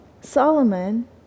Solomon